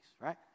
right